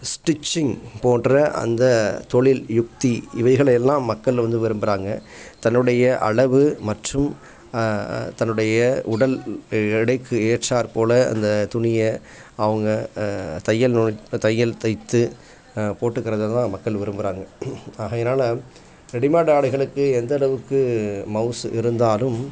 stitching போன்ற அந்த தொழில் யுக்தி இவைகளை எல்லாம் மக்கள் வந்து விரும்புகிறாங்க தன்னுடைய அளவு மற்றும் தன்னுடைய உடல் எடைக்கு ஏற்றாற்போல் அந்த துணியை அவங்க தையல் தையல் தைத்து போட்டுக்கிறதை தான் மக்கள் விரும்புகிறாங்க ஆகையினால் ரெடிமேட் ஆடைகளுக்கு எந்தளவுக்கு மவுசு இருந்தாலும்